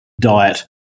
diet